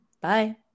Bye